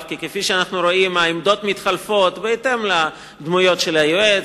כי כפי שאנחנו רואים העמדות מתחלפות בהתאם לדמויות של היועץ,